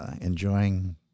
enjoying